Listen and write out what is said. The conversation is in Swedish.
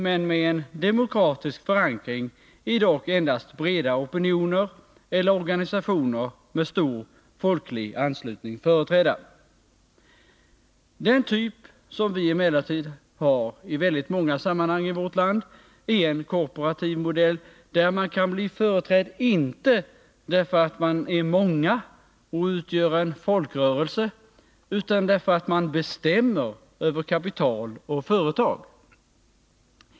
Men med en demokratisk förankring är dock endast breda opinioner eller organisationer med stor folklig anslutning företrädda. Den modell som vi i vårt land emellertid väljer i väldigt många sammanhang är korporativ, och dess representativitet bygger inte på hur stort antalet medlemmar är eller på organisationens karaktär av folkrörelse utan på att man bestämmer över kapital och företag.